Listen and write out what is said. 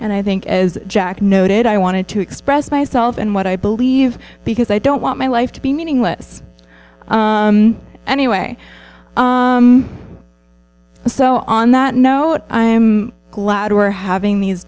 and i think as jack noted i wanted to express myself and what i believe because i don't want my life to be meaningless anyway so on that note i'm glad we're having these